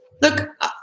Look